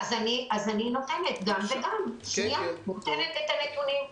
הם הציעו גם בלי אינטרנט,